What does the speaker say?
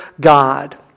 God